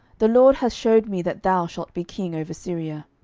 the lord hath shewed me that thou shalt be king over syria.